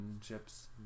chips